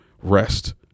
rest